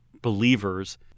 believers